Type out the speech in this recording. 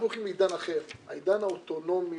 אנחנו הולכים לעידן אחר העידן האוטונומי,